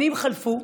שנים חלפו,